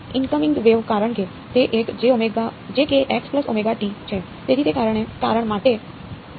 incoming wave કારણ કે તે એક છે